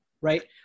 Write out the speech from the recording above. right